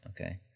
Okay